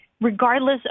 regardless